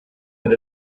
that